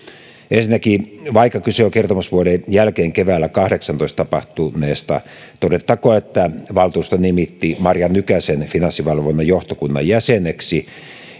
ensinnäkin vaikka kyse on kertomusvuoden jälkeen keväällä kahdeksastatoista tapahtuneesta todettakoon että valtuusto nimitti marja nykäsen finanssivalvonnan johtokunnan jäseneksi